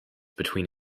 between